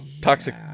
toxic